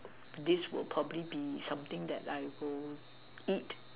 this will probably be something that I will eat